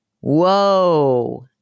Whoa